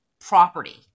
property